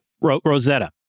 Rosetta